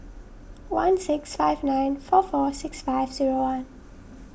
one six five nine four four six five zero one